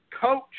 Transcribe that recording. Coach